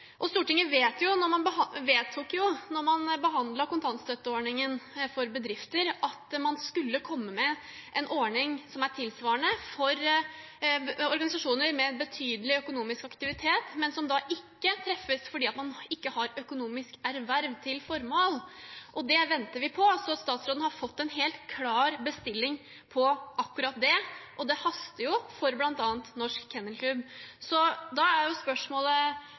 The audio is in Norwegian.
Stortinget vedtok jo da man behandlet kontantstøtteordningen for bedrifter, at man skulle komme med en tilsvarende ordning for organisasjoner med betydelig økonomisk aktivitet, men som ikke treffes fordi de ikke har økonomisk erverv til formål. Det venter vi på. Så statsråden har fått en helt klar bestilling på akkurat det, og det haster, bl.a. for Norsk Kennel Klub. Da er spørsmålet